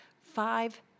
Five